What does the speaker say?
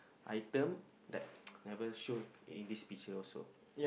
item that never show in this picture also